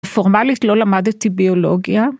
פורמלית לא למדתי ביולוגיה.